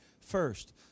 first